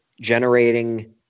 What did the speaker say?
generating